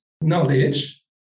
knowledge